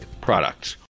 products